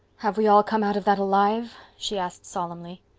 have we all come out of that alive? she asked solemnly.